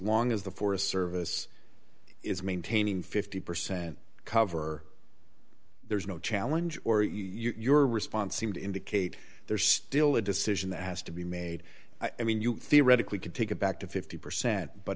long as the forest service is maintaining fifty percent cover there is no challenge or you are responsible to indicate there's still a decision that has to be made i mean you theoretically could take it back to fifty percent but